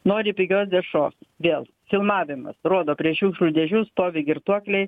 nori pigios dešros vėl filmavimas rodo prie šiukšlių dėžių stovi girtuokliai